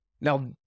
Now